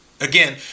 again